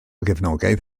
gefnogaeth